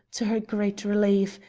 to her great relief,